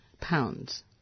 pounds